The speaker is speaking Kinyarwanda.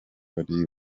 ari